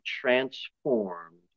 transformed